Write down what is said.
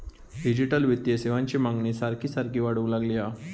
digital वित्तीय सेवांची मागणी सारखी सारखी वाढूक लागली हा